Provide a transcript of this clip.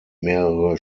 mehrere